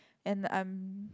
and I'm